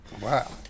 Wow